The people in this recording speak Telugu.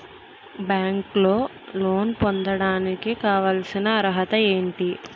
బ్యాంకులో లోన్ పొందడానికి కావాల్సిన అర్హత ఏంటి?